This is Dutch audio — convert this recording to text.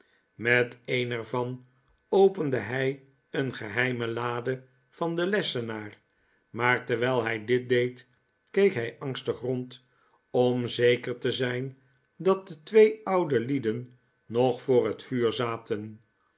met een er van opende hij een geheime lade van den lessenaar maar terwijl hij dit deed keek hij angstig rond om zeker te zijn dat de twee oude lieden nog voor het vuur zaten